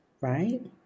right